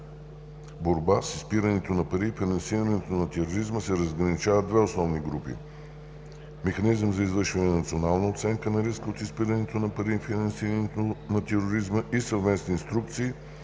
борба с изпирането на пари и финансирането на тероризма, се разграничат две основни групи – механизъм за извършване на национална оценка на риска от изпирането на пари и финансирането на тероризма и съвместни инструкции